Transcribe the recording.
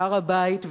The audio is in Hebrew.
הר-הבית,